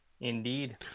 Indeed